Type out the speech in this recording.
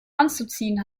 anzuziehen